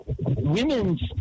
women's